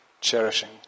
cherishing